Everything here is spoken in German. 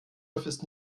ist